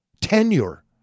tenure